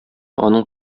аның